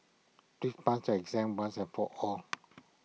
please pass your exam once and for all